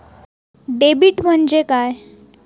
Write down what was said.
Debit म्हणजे काय?